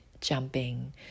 jumping